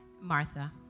Martha